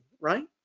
right